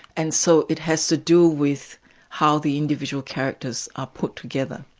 and so it has to do with how the individual characters are put together.